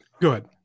good